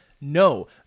No